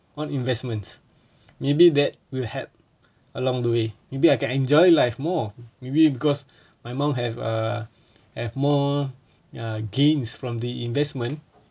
on investments maybe that will help along the way maybe I can enjoy life more maybe because my mum have a have more uh gains from the investment